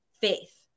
faith